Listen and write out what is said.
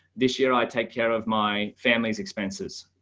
this year, i take care of my family's expenses.